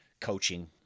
coaching